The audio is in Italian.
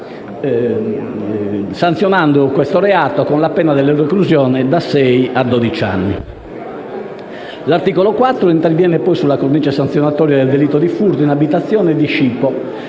sanzionando tale reato con la pena della reclusione da sei a dodici anni. L'articolo 4 interviene poi sulla cornice sanzionatoria del delitto di furto in abitazione e di scippo,